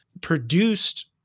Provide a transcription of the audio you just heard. produced